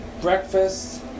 breakfast